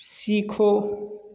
सीखो